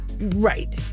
right